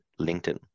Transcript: linkedin